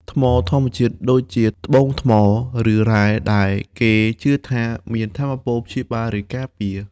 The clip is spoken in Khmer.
ថ្មធម្មជាតិ ដូចជា ត្បូងថ្ម ឬរ៉ែ ដែលគេជឿថាមានថាមពលព្យាបាល ឬការពារ។